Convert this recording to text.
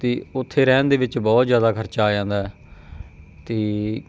ਅਤੇ ਉੱਥੇ ਰਹਿਣ ਦੇ ਵਿੱਚ ਬਹੁਤ ਜ਼ਿਆਦਾ ਖਰਚਾ ਆ ਜਾਂਦਾ ਅਤੇ